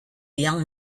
young